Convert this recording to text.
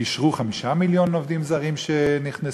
אישרו 5 מיליון עובדים זרים שנכנסו.